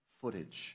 footage